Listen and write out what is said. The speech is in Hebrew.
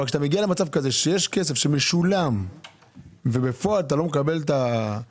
אבל כשאתה מגיע למצב כזה שיש כסף שמשולם ובפועל אתה לא מקבל את מה